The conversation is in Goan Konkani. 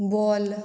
बॉल